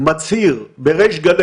אלא כשהוא אומר בוועידה המרכזית של אש"ף,